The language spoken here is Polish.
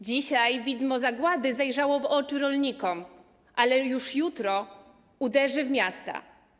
Dzisiaj widmo zagłady zajrzało w oczy rolnikom, ale już jutro uderzy w miasta.